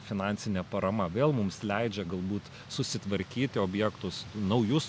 finansinė parama vėl mums leidžia galbūt susitvarkyti objektus naujus